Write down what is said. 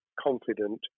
confident